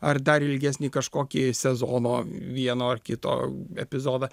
ar dar ilgesnį kažkokį sezono vieno ar kito epizodą